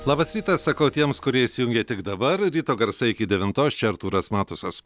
labas rytas sakau tiems kurie įsijungė tik dabar ryto garsai iki devintos čia artūras matusas